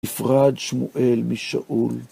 נפרד שמואל משאול.